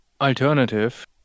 alternative